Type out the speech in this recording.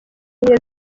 ubumwe